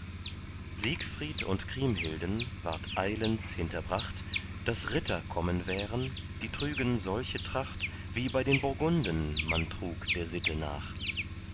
siegfried und kriemhilden ward eilends hinterbracht daß ritter kommen wären die trügen solche tracht wie bei den burgunden man trug der sitte nach